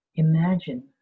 Imagine